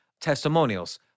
testimonials